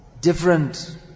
different